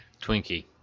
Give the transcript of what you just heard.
twinkie